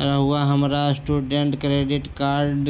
रहुआ हमरा student credit card